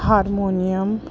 harmonium